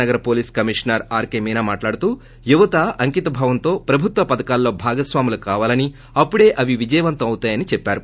నగర police commissioner RK Meena మీట్లాడుతూ యువత అంకిత భావంతో ప్రభుత్వ పథకాలలో భాగస్వాములు కావాలని అప్పడే అవి విజయవంతం అవుతాయని చెప్పారు